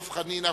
דב חנין,